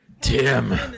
Tim